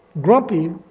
grumpy